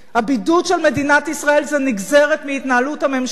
הבידוד של מדינת ישראל הוא נגזרת של התנהלות הממשלה,